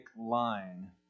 line